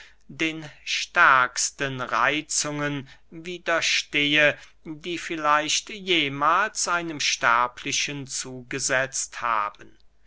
den stärksten reitzungen widerstehe die vielleicht jemahls einem sterblichen zugesetzt haben